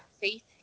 faith